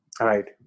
Right